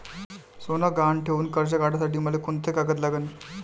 सोनं गहान ठेऊन कर्ज काढासाठी मले कोंते कागद लागन?